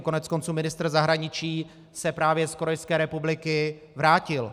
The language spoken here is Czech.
Koneckonců ministr zahraničí se právě z Korejské republiky vrátil.